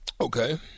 Okay